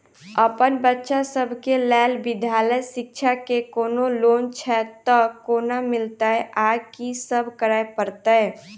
अप्पन बच्चा सब केँ लैल विधालय शिक्षा केँ कोनों लोन छैय तऽ कोना मिलतय आ की सब करै पड़तय